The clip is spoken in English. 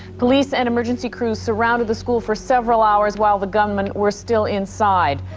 police and emergency crews surrounded the school for several hours while the gunmen were still inside.